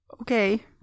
Okay